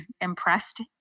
impressed